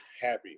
happy